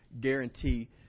guarantee